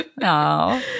no